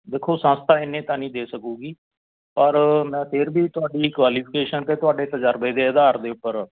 ਦੇਖੋ ਸੰਸਥਾ ਇੰਨੇ ਤਾਂ ਨਹੀਂ ਦੇ ਸਕੇਗੀ ਪਰ ਮੈਂ ਫਿਰ ਵੀ ਤੁਹਾਡੀ ਕੁਆਲੀਫਿਕੇਸ਼ਨ ਅਤੇ ਤੁਹਾਡੇ ਤਜ਼ਰਬੇ ਦੇ ਆਧਾਰ ਦੇ ਉੱਪਰ